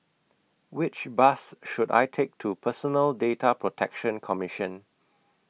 Which Bus should I Take to Personal Data Protection Commission